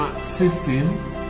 system